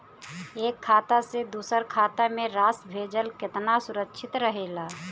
एक खाता से दूसर खाता में राशि भेजल केतना सुरक्षित रहेला?